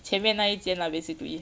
前面那一间 lah basically